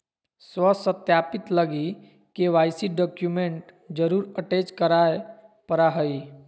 स्व सत्यापित लगी के.वाई.सी डॉक्यूमेंट जरुर अटेच कराय परा हइ